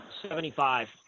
Seventy-five